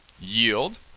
yield